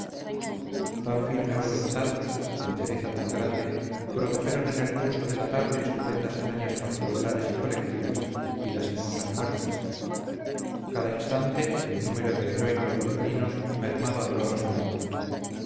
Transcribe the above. tan firme voluntad entereza tan grande produjeron en el curso de la tarde estupendas hazañas particulares y colectivas y lastimosas muertes cada instante el número de heroicos bilbaínos mermaba dolorosamente